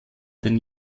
denn